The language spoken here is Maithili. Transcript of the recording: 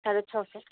साढ़े छओ सए